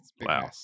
wow